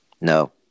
No